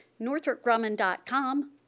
northropgrumman.com